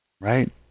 right